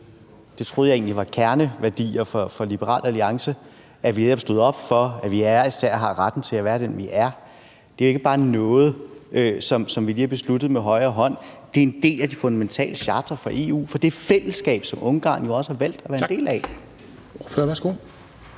Det troede jeg egentlig var kerneværdier for Liberal Alliance, altså at vi netop står op for, at vi hver især har retten til at være den, vi er. Det er jo ikke bare noget, som vi lige har besluttet med højre hånd – det er en del af de fundamentale chartre for EU, for det fællesskab, som Ungarn jo også har valgt at være en del af.